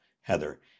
Heather